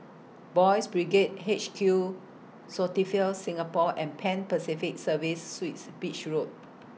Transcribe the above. Boys' Brigade H Q feel Singapore and Pan Pacific Serviced Suites Beach Road